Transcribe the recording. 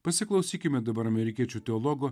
pasiklausykime dabar amerikiečių teologo